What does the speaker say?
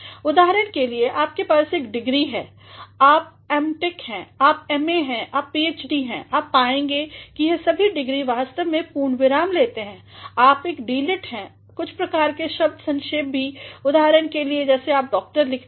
उदाहरण के लिए आपके पास एक डिग्री है आपऍम टेक हैंआप MAहैंआप PhD हैं आप पाएंगे कि यह सभी डिग्री वास्तव में पूर्ण विराम लेते हैं आप एक D Littहैं कुछ प्रकार के शब्द संक्षेपभी उदाहरण के लिए जब आप डॉक्टर लिखते हैं